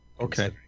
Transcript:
Okay